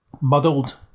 muddled